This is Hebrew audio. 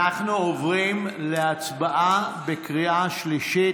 אנחנו עוברים להצבעה בקריאה שלישית.